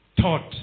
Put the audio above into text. taught